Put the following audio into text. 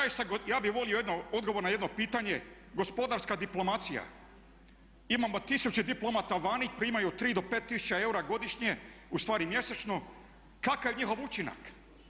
Ja bi volio jedno, odgovor na jedno pitanje, gospodarska diplomacija, imamo tisuće diplomata vani, primaju 3 do 5 tisuća eura godišnje ustvari mjesečno kakav je njihov učinak?